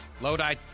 Lodi